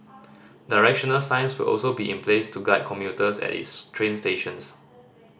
directional signs will also be in place to guide commuters at its train stations